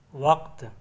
وقت